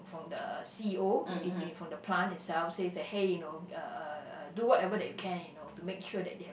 from the c_e_o in in from the plant itself says that hey you know uh uh do whatever that you can you know to make sure that they have a